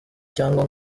cyangwa